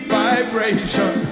vibration